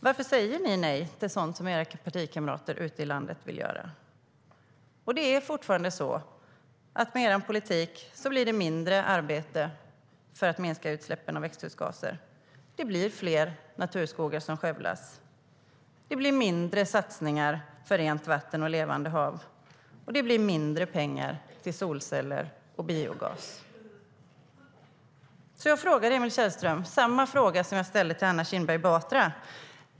Varför säger ni nej till sådant som era partikamrater ute i landet vill göra? Jag ställer samma fråga till Emil Källström som jag ställde till Anna Kinberg Batra.